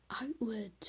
outward